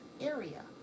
area